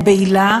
או בעילה,